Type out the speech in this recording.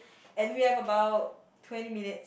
and we have about twenty minutes